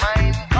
Mind